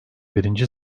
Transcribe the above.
birinci